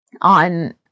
on